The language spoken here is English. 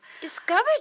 Discovered